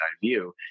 view